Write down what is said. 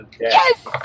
Yes